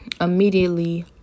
immediately